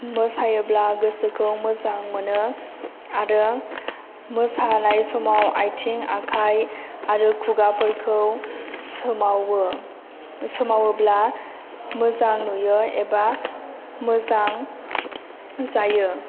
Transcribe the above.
मोसायोब्ला गोसोखौ मोजां मोनो आरो मोसानाय समाव आथिं आखाय आरो खुगा फोरखौ सोमावो सोमावोब्ला मोजां नुयो एबा मोजां जायो